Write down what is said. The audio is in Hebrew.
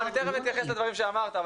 לסיכום, ותכף אתייחס לדברים שאמרת.